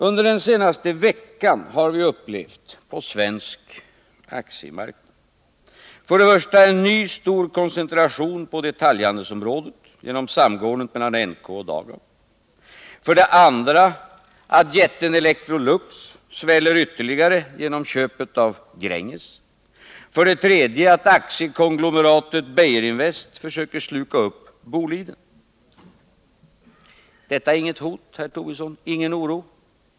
Under den senaste veckan har vi upplevt hur det på svensk aktiemarknad för det första uppstått en ny stor koncentration på detaljhandelsområdet genom samgåendet mellan NK och Dagab, för det andra att jätten Electrolux sväller ytterligare genom köpet av Gränges och för det tredje att aktiekonglomeratet Beijerinvest försöker sluka Boliden. Utgör detta inget hot, herr Tobisson? Inger det ingen oro?